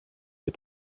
des